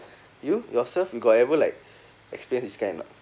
you yourself you got ever like experience this kind not